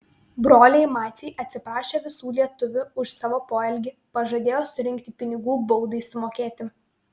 broliai maciai atsiprašė visų lietuvių už savo poelgį pažadėjo surinkti pinigų baudai sumokėti